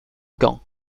gand